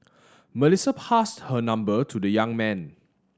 Melissa passed her number to the young man